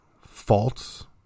faults